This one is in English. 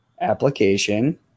application